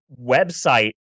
website